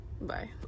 Bye